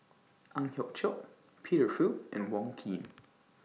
Ang Hiong Chiok Peter Fu and Wong Keen